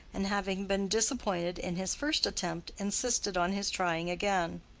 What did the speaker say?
and having been disappointed in his first attempt insisted on his trying again.